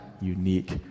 unique